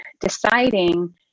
deciding